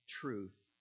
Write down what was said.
truth